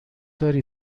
داری